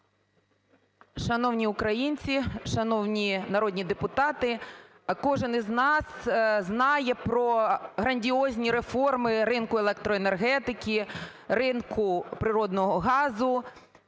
Шановні українці, шановні народні депутати, кожен із нас знає про грандіозні реформи ринку електроенергетики, ринку природного газу.